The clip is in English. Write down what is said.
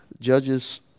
Judges